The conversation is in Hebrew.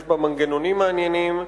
יש בה מנגנונים מעניינים.